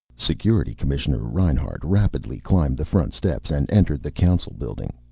security commissioner reinhart rapidly climbed the front steps and entered the council building.